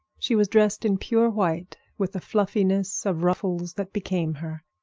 she was dressed in pure white, with a fluffiness of ruffles that became her.